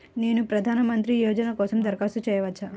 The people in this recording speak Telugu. నేను ప్రధాన మంత్రి యోజన కోసం దరఖాస్తు చేయవచ్చా?